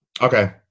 Okay